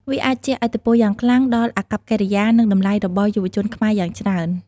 វាអាចជះឥទ្ធិពលយ៉ាងខ្លាំងដល់អាកប្បកិរិយា និងតម្លៃរបស់យុវជនខ្មែរយ៉ាងច្រើន។